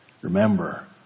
Remember